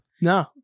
no